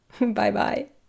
Bye-bye